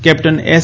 captain S